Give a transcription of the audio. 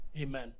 amen